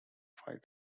five